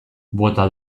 bota